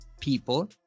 people